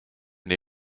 nii